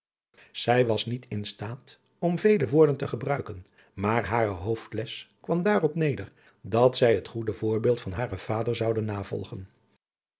zij was niet in slaat om vele woorden te gebruiken maar hare hoofdles kwam daarop neder dat zij het goede voorbeeld van haren vader zouden navolgen